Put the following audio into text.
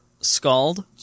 Scald